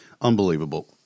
Unbelievable